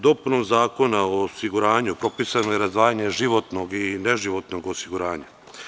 Dopunom Zakona o osiguranju propisano je razdvajanje životnog i neživotnog osiguranja.